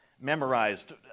memorized